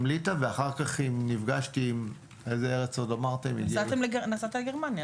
ליטא ואחר כך נפגשתי --- נסעת לגרמניה.